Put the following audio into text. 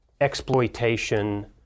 exploitation